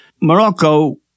Morocco